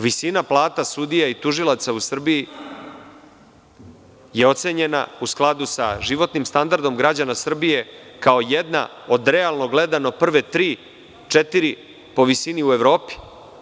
Visina plata sudija i tužilaca u Srbiji je ocenjena u skladu sa životnim standardom građana Srbije kao jedna od realno gledano, prve tri, četiri, po visini u Evropi.